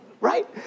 right